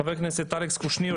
חבר הכנסת אלכס קושניר,